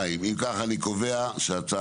בגלל הצורך לשמור על